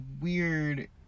weird